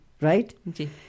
Right